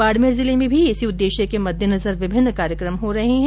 बाडमेर जिले में भी इसी उद्देश्य के मद्देनजर विभिन्न कार्यकम हो रहे है